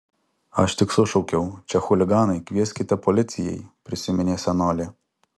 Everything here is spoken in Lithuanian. aš tik sušaukiau čia chuliganai kvieskite policijai prisiminė senolė